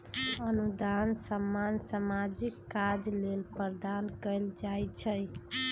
अनुदान सामान्य सामाजिक काज लेल प्रदान कएल जाइ छइ